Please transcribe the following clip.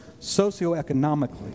socioeconomically